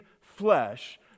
flesh